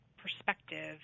perspective